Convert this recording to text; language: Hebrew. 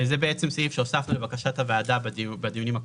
זה סעיף שהוספנו לבקשת הוועדה בדיונים הקודמים.